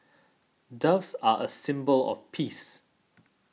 Doves are a symbol of peace